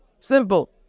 Simple